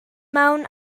mewn